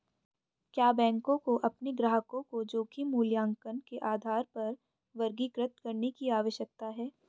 क्या बैंकों को अपने ग्राहकों को जोखिम मूल्यांकन के आधार पर वर्गीकृत करने की आवश्यकता है?